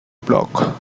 block